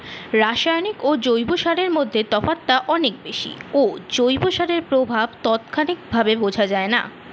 রাসায়নিক ও জৈব সারের মধ্যে তফাৎটা অনেক বেশি ও জৈব সারের প্রভাব তাৎক্ষণিকভাবে বোঝা যায়না